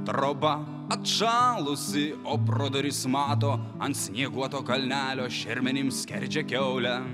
troba atšalusi o pro duris mato ant snieguoto kalnelio šermenims skerdžia kiaulę